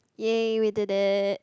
!yay! we did it